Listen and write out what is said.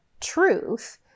truth